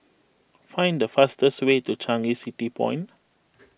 find the fastest way to Changi City Point